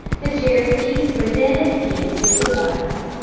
the cherokees were then at peace with the whites,